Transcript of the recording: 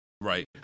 Right